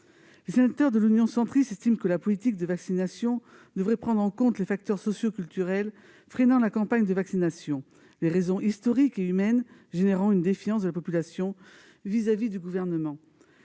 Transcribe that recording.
Les sénateurs de l'Union Centriste estiment que la politique de vaccination devrait prendre en compte les facteurs socioculturels freinant la campagne de vaccination, les raisons historiques et humaines à l'origine de la défiance de la population vis-à-vis du Gouvernement.